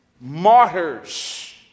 martyrs